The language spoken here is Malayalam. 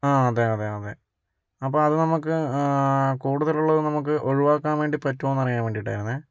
ആ അതെ അതെ അതെ അപ്പം അത് നമുക്ക് കൂടുതലുള്ളത് നമുക്ക് ഒഴുവാക്കുവാൻ വേണ്ടി പറ്റുമോന്ന് അറിയാൻ വേണ്ടിയിട്ടായിരുന്നെ